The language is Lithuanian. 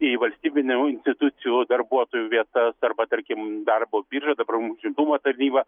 į valstybinių institucijų darbuotojų vietas arba tarkim darbo biržą dabar užimtumo tarnybą